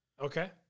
Okay